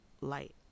light